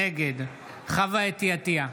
נגד חוה אתי עטייה,